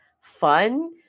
fun